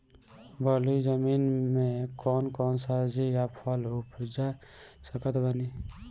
बलुई जमीन मे कौन कौन सब्जी या फल उपजा सकत बानी?